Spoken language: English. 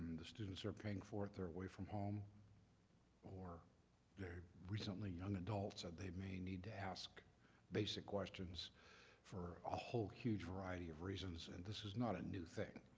and the students are paying for it. they are away from home or they are recently young adults and they need to ask basic questions for a whole huge variety of reasons and this is not a new thing.